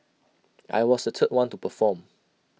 I was the third one to perform